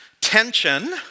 tension